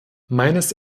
meines